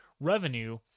revenue